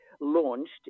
launched